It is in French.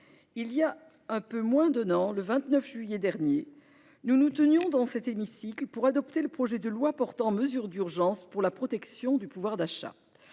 il y a un peu moins d'un an, le 29 juillet dernier, dans cet hémicycle, nous adoptions le projet de loi portant mesures d'urgence pour la protection du pouvoir d'achat.